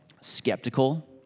skeptical